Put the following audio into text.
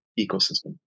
ecosystem